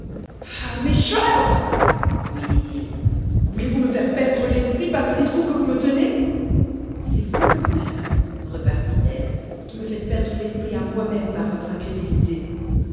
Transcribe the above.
méchante lui dit-il voulez-vous me faire perdre l'esprit par le discours que vous me tenez c'est vous mon père repartit elle qui me faites perdre l'esprit à moi-même par votre incrédulité